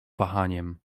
wahaniem